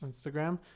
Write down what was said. Instagram